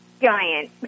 giant